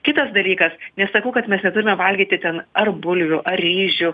kitas dalykas nesakau kad mes neturime valgyti ten ar bulvių ar ryžių